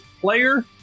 player